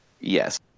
Yes